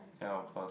ya of course